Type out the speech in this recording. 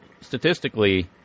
statistically